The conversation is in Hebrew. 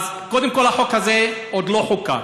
אז קודם כול, החוק הזה עוד לא חוקק.